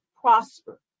prosper